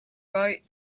wrote